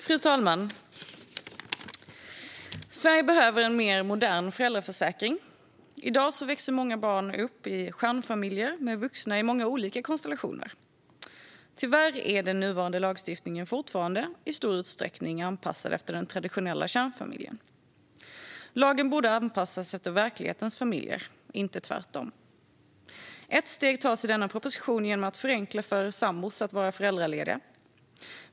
Fru talman! Sverige behöver en mer modern föräldraförsäkring. I dag växer många barn upp i stjärnfamiljer, med vuxna i många olika konstellationer. Tyvärr är nuvarande lagstiftning fortfarande i stor utsträckning anpassad efter den traditionella kärnfamiljen. Lagen borde anpassas efter verklighetens familjer, inte tvärtom. Ett steg tas i denna proposition genom att förenkla för sambor att vara föräldralediga.